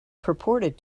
purported